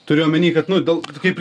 turiu omeny kad nu dėl kaip